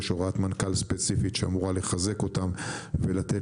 יש הוראת מנכ"ל ספציפית שאמורה לחזק אותם ולתת